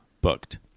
booked